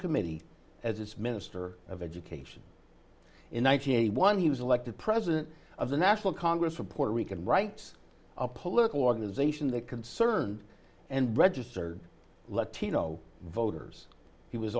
committee as its minister of education in one nine hundred eighty one he was elected president of the national congress for puerto rican rights a political organization that concerned and registered latino voters he was